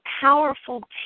powerful